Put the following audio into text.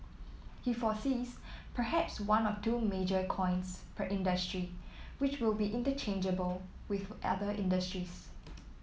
he foresees perhaps one or two major coins per industry which will be interchangeable with other industries